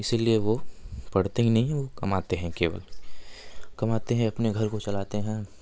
इसीलिए वो पढ़ते ही नहीं है वो कमाते हैं केवल कमाते हैं अपने घर को चलाते हैं